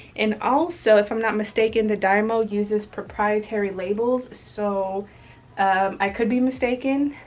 and also, if i'm not mistaken, the dymo uses proprietary labels. so i could be mistaken.